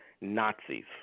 Nazis